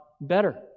better